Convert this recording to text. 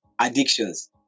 addictions